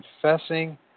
confessing